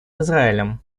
израилем